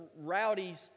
rowdies